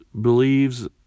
believes